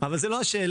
אבל זו לא השאלה,